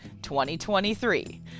2023